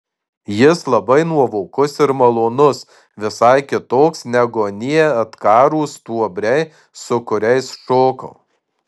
jis labai nuovokus ir malonus visai kitoks negu anie atkarūs stuobriai su kuriais šokau